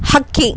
ಹಕ್ಕಿ